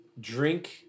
Drink